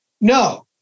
No